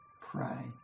pray